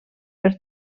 per